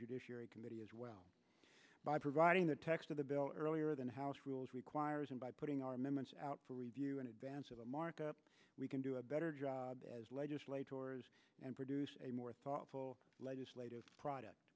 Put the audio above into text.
judiciary committee as well by providing the text of the bill earlier than the house rules requires and by putting our members out for review in advance of a markup we can do a better job as legislate tours and produce a more thoughtful legislative product